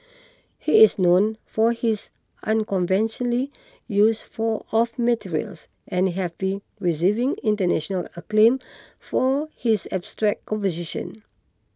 he is known for his unconventionally use for of materials and have been receiving international acclaim for his abstract composition